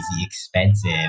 expensive